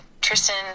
Tristan